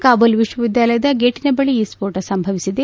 ಕಾಬೂಲ್ ವಿಶ್ವವಿದ್ಯಾಲಯದ ಗೇಟನ ಬಳಿ ಈ ಸ್ಕೋಟ ಸಂಭವಿಸಿದೆ